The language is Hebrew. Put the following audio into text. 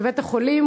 בבית-החולים,